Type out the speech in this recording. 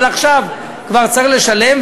אבל עכשיו כבר צריך לשלם.